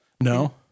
no